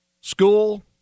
School